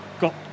got